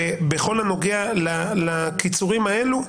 בכל הנוגע לקיצורים האלו.